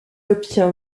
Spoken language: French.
obtient